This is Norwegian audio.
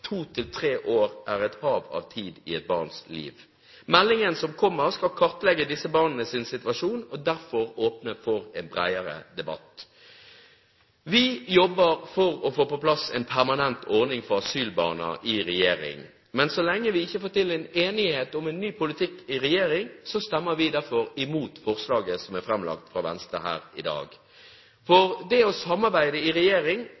år er et hav av tid i et barns liv. Meldingen som kommer, skal kartlegge disse barnas situasjon og derfor åpne for en bredere debatt. Regjeringen jobber for å få på plass en permanent ordning for asylbarna, men så lenge vi ikke får til en enighet om en ny politikk i regjeringen, stemmer vi derfor imot forslaget som er framlagt fra Venstre her i dag. Det å samarbeide i regjering